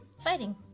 fighting